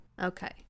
Okay